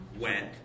went